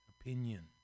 opinion